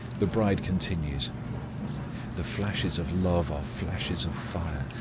the bride continues the flashes of love are flashes of fire,